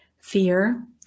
Fear